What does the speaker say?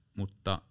mutta